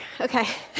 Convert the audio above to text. Okay